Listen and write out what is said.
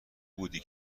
بودی